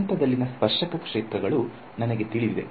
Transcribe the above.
ಅನಂತದಲ್ಲಿನ ಸ್ಪರ್ಶಕ ಕ್ಷೇತ್ರಗಳು ನನಗೆ ತಿಳಿದಿದೆ